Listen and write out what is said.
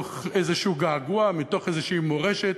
מתוך איזשהו געגוע, מתוך איזושהי מורשת.